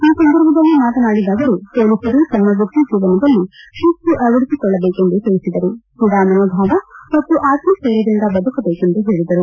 ಈ ಸಂದರ್ಭದಲ್ಲಿ ಮಾತನಾಡಿದ ಅವರು ಪೊಲೀಸರು ತಮ್ಮ ವೃತ್ತಿಜೀವನದಲ್ಲಿ ಶಿಸ್ತು ಅಳವಡಿಸಿಕೊಳ್ಳಬೇಕೆಂದು ತಿಳಿಸಿದರು ಕ್ರೀಡಾ ಮನೋಭಾವ ಮತ್ತು ಆತಸ್ಟ್ರೆಯರ್ಯದಿಂದ ಬದುಕಬೇಕೆಂದು ಹೇಳದರು